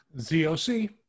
Z-O-C